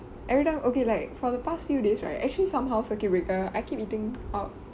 everytime okay like for the past few days right actually somehow circuit breaker I keep eating out